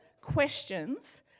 questions